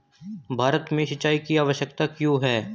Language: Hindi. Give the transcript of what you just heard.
भारत में सिंचाई की आवश्यकता क्यों है?